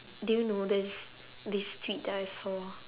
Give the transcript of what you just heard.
do you know there's this tweet that I saw